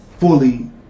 fully